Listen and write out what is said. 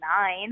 nine